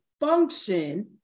function